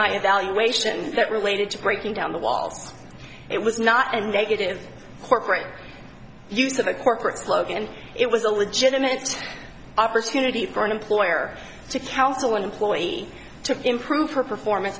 my evaluation that related to breaking down the walls it was not a negative corporate use of a corporate slogan and it was a legitimate opportunity for an employer to counsel an employee to improve her performance